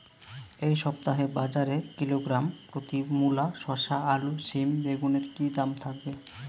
এই সপ্তাহে বাজারে কিলোগ্রাম প্রতি মূলা শসা আলু সিম বেগুনের কী দাম থাকবে?